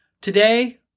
Today